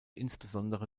insbesondere